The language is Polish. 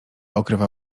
okrywa